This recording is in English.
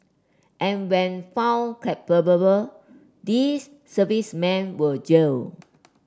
and when found these servicemen were jailed